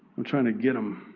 i'm trying to get them